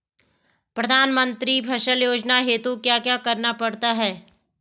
प्रधानमंत्री फसल योजना हेतु क्या क्या करना पड़ता है?